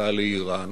גישתה לאירן